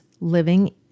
living